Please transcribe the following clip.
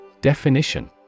Definition